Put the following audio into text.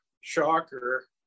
shocker